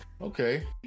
Okay